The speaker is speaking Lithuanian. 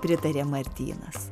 pritarė martynas